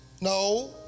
no